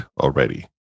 already